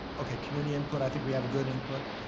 okay, community input i think we have a good input.